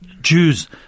Jews